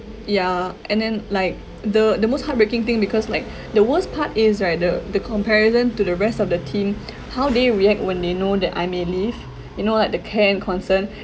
yeah and then like the the most heartbreaking thing because like the worst part is right the the comparison to the rest of the team how they react when they know that I may leave you know like the care and concern